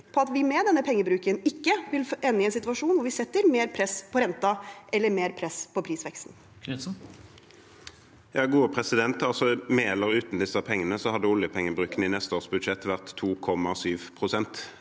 på at vi med denne pengebruken ikke vil ende i en situasjon hvor vi setter mer press på renten eller mer press på prisveksten? Eigil Knutsen (A) Med eller uten disse pengene hadde oljepengebruken i neste års budsjett vært 2,7 pst.